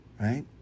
right